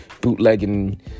bootlegging